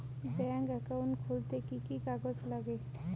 Bank account খুলতে কি কি কাগজ লাগে?